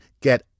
Get